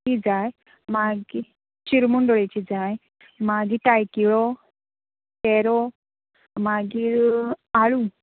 ती जाय मागीर शिरमुंडोळेची जायमागीर तायकिळो तेरो मागीर आळू